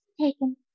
taken